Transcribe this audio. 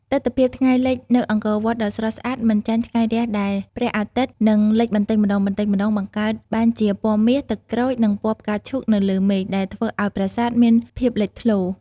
ទិដ្ឋភាពថ្ងៃលិចនៅអង្គរវត្តក៏ស្រស់ស្អាតមិនចាញ់ថ្ងៃរះដែរ។ ព្រះអាទិត្យនឹងលិចបន្តិចម្តងៗ បង្កើតបានជាពណ៌មាស ទឹកក្រូច និងពណ៌ផ្កាឈូកនៅលើមេឃ ដែលធ្វើឲ្យប្រាសាទមានភាពលេចធ្លោ។